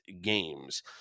games